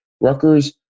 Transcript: Rutgers